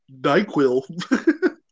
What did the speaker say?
NyQuil